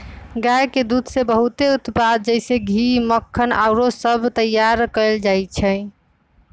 गाय के दूध से बहुते उत्पाद जइसे घीउ, मक्खन आउरो सभ तइयार कएल जाइ छइ